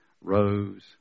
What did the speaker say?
rose